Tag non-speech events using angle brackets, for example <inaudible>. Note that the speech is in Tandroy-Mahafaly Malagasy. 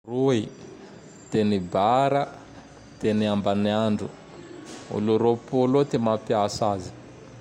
<noise> Roy <noise> <noise> teny Bara <noise> <noise> teny Ambaniandro. <noise> <noise> Olo roapolo eo ty mapiasa azy. <noise>